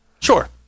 Sure